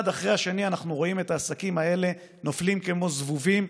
אחד אחרי השני אנחנו רואים את העסקים האלה נופלים כמו זבובים,